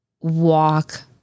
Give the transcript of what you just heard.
walk